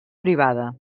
privada